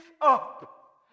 up